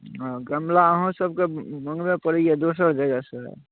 गमला अहाँसबकेँ मँगबए पड़ैया दोसर जगहसँ